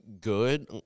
good